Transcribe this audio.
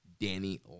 Danny